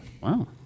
Wow